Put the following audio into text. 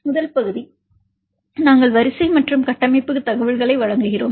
முதல் பகுதி நாங்கள் வரிசை மற்றும் கட்டமைப்பு தகவல்களை வழங்குகிறோம்